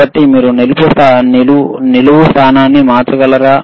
కాబట్టి మీరు నిలువు స్థానాన్ని మార్చగలరా